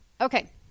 Okay